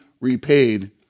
repaid